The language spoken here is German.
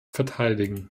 verteidigen